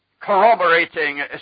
corroborating